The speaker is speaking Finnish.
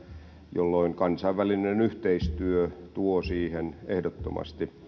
jolloin kansainvälinen yhteistyö tuo siihen ehdottomasti